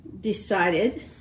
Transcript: decided